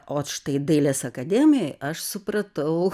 o štai dailės akademijoj aš supratau